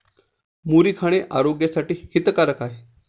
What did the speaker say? मुरी खाणे आरोग्यासाठी हितकारक आहे